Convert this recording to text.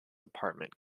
apartment